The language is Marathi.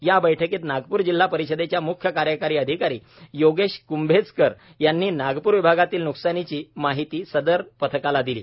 या बैठकीत नागपूर जिल्हा परिषदेच्या मुख्य कार्यकारी अधिकारी योगेश कुंभेजकर यांनी नागपूर विभागातील न्कसानाची माहिती सदर पथकाला दिली